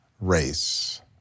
race